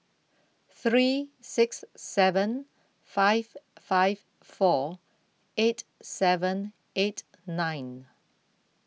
three six seven five five four eight seven eight nine